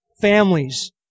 families